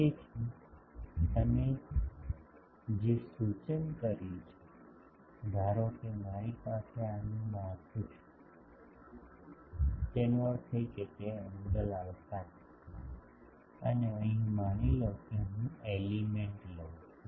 તેથી તમે જે સૂચન કર્યું છે ધારો કે મારી પાસે આનું માળખું છે તેનો અર્થ એ કે તે એંગલ આલ્ફા છે અને અહીં માની લો કે હું એલિમેન્ટ લઉં છું